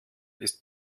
ist